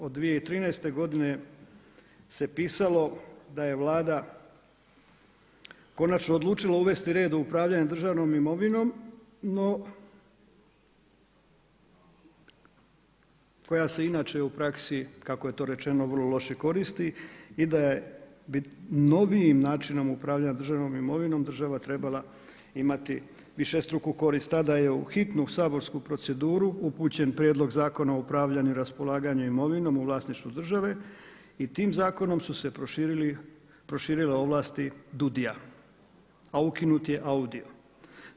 Od 2013. godine se pisalo da je Vlada konačno odlučila uvesti red o upravljanju državnom imovinom, no koja se inače u praksi kako je to rečeno vrlo loše koristi i da je novijim načinom upravljanja državnom imovinom država trebala imati višestruku korist tada je u hitnu saborsku proceduru upućen Prijedlog zakona o upravljanju i raspolaganju imovinom u vlasništvu države i tim zakonom su se proširile ovlasti DUUDI-a, a ukinut je AUDI-o.